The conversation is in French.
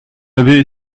l’avez